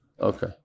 Okay